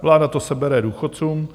Vláda to sebere důchodcům.